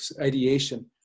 ideation